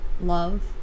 love